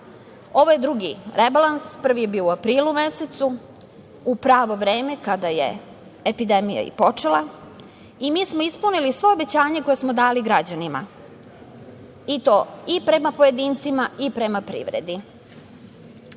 ovo je drugi rebalans, prvi je bio u aprilu mesecu, u pravo vreme kada je epidemija i počela i mi smo ispunili sva obećanja koja smo dali građanima, i to i prema pojedincima i prema privredi. Što